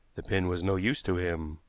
the pin was no use to him.